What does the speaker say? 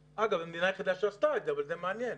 אגב, המדינה היחידה שעשתה את זה אבל זה מעניין.